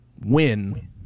win